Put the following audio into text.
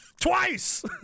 twice